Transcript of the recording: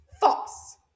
false